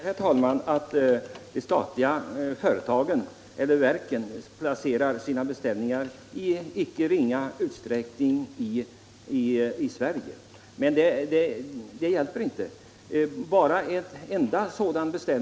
Herr talman! Jag vet mycket väl att de statliga verken i icke ringa utsträckning placerar sina beställningar i Sverige. Men det hjälper inte.